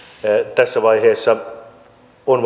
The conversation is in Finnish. tässä vaiheessa on